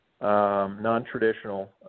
non-traditional